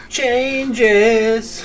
changes